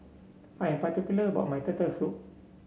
I am particular about my Turtle Soup